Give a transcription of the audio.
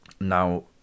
Now